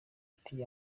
ati